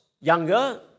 younger